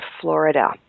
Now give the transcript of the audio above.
Florida